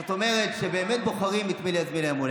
זאת אומרת שבאמת בוחרים את מי להזמין ליום ההולדת.